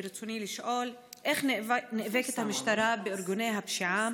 ברצוני לשאול: 1. איך נאבקת המשטרה בארגוני הפשיעה?